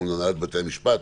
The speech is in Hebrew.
מול הנהלת בתי המשפט,